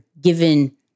given